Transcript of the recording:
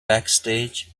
backstage